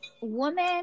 woman